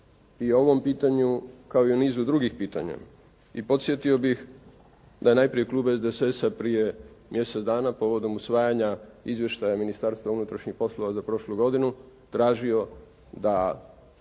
i o ovom pitanju kao i o nizu drugih pitanja i podsjetio bih da je najprije klub SDSS-a prije mjesec dana povodom usvajanja Izvještaja Ministarstva unutrašnjih poslova za prošlu godinu tražio da